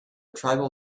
tribal